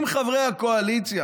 אם חברי הקואליציה